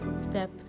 step